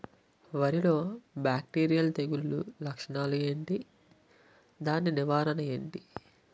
వరి లో బ్యాక్టీరియల్ తెగులు లక్షణాలు ఏంటి? దాని నివారణ ఏంటి?